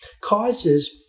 causes